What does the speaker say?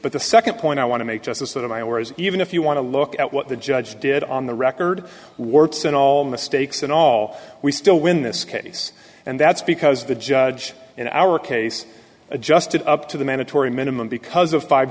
but the second point i want to make just as sort of my own words even if you want to look at what the judge did on the record warts and all mistakes and all we still win this case and that's because the judge in our case adjusted up to the mandatory minimum because of five